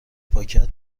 پاکت